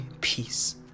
peace